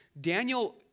Daniel